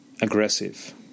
aggressive